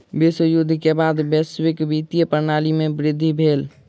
विश्व युद्ध के बाद वैश्विक वित्तीय प्रणाली में वृद्धि भेल